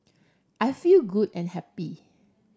I feel good and happy